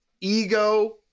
Ego